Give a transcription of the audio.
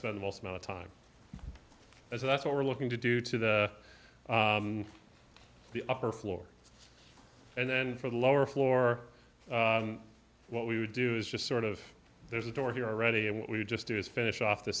the most amount of time as that's what we're looking to do to the the upper floor and then for the lower floor what we would do is just sort of there's a door here already and what we just do is finish off the